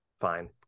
fine